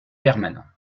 permanents